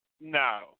No